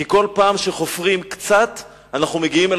כי כל פעם שחופרים קצת אנחנו מגיעים אל